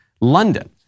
London